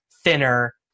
thinner